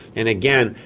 and again,